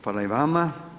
Hvala i vama.